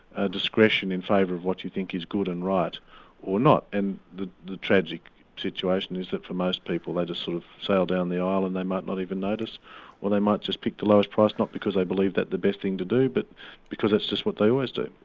a discretion in favour of what you think is good and right or not. and the the tragic situation is that for most people they just sort of sail down the aisle and they might not even notice or they might just pick the lowest price, not because they believe that the best thing to do, but because it's just what they always do.